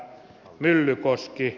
myllykoski